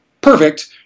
perfect